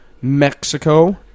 Mexico